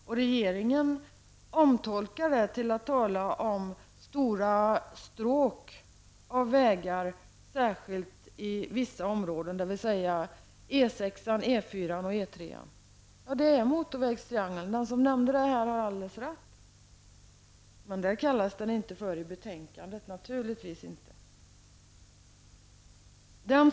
och regeringen omtolkar det och talar om stora stråk av vägar särskilt i vissa områden, dvs. E 6, E 4 och E 3. Det är motorvägstriangeln. Den som nämnde det här har alldeles rätt. Men det kallas den inte för i betänkandet, naturligtvis inte.